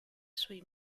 sui